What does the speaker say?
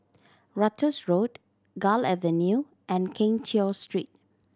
Ratus Road Gul Avenue and Keng Cheow Street